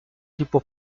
tipo